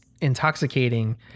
Intoxicating